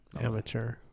Amateur